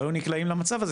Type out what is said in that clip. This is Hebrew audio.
לא היו נקלעים למצב הזה,